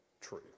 true